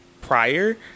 prior